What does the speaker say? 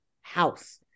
house